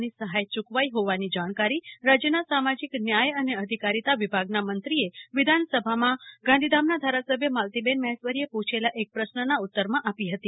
ની સફાય ચૂકવાઈ હોવાની જાણકારી રાજ્યના સામાજિક ન્યાય અને અધિકારિતા વિભાગના મંત્રીયો વિધાનસભામાં ગાંધીધામનાં ધારાસભ્ય માલતીબેન મફેશ્વરીએ પૂછેલા એક પ્રશ્નના ઉતરમાં આપી ફતી